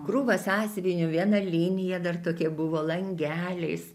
krūva sąsiuvinių viena linija dar tokia buvo langeliais